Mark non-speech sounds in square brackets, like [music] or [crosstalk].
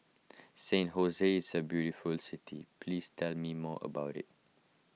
San [unintelligible] is a beautiful city please tell me more about it